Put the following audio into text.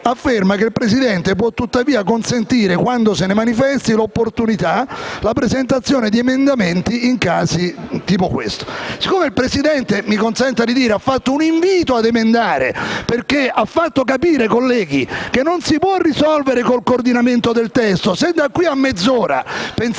afferma che «il Presidente può tuttavia consentire, quando se ne manifesti l'opportunità, la presentazione di emendamenti» in casi come quello al nostro esame. Siccome il Presidente - mi consenta di dirlo - ha rivolto un invito ad emendare, perché ha fatto capire ai colleghi che la situazione non si può risolvere con il coordinamento del testo, se da qui a mezz'ora pensate